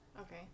Okay